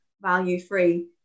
value-free